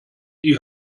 die